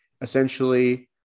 essentially –